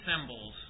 symbols